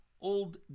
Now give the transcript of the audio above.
Old